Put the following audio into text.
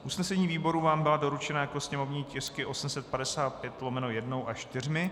Usnesení výborů vám byla doručena jako sněmovní tisky 855/1 až 4.